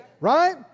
Right